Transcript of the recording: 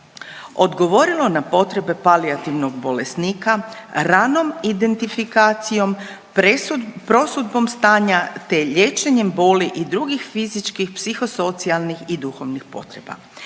odgovorilo na potrebe palijativnog bolesnika ranom identifikacijom, prosudbom stanja, te liječenjem boli i drugih fizičkih, psihosocijalnih i duhovnih potreba.